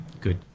Good